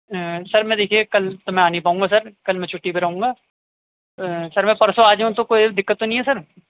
سر میں دیکھیے کل تو میں آ نہیں پاؤں گا سر کل میں چھٹی پہ رہوں گا سر میں پرسوں آ جاؤں تو کوئی دقت تو نہیں ہے سر